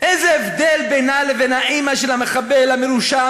איזה הבדל בינה לבין האימא של המחבל המרושע,